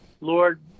Lord